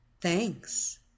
Thanks